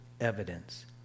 evidence